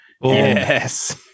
Yes